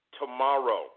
tomorrow